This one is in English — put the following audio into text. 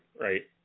right